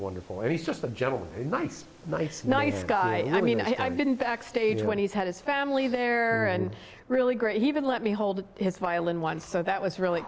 wonderful and he's just a gentle nice nice nice guy i mean i've been back stage when he's had his family there and really great he even let me hold his violin once so that was really